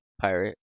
pirate